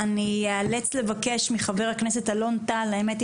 אאלץ לבקש מחבר הכנסת אלון טל להמשיך לנהל את הדיון.